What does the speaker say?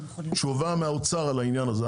ותשובה מהאוצר על העניין הזה.